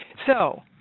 so,